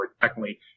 technically